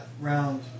round